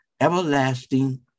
everlasting